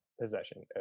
possession